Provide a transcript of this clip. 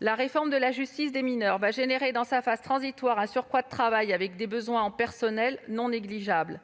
La réforme de la justice des mineurs générera dans sa phase transitoire un surcroît de travail, de sorte que les besoins en personnels ne seront pas négligeables.